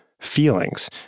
feelings